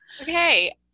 Okay